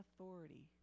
authority